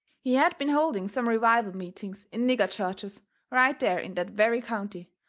he had been holding some revival meetings in nigger churches right there in that very county,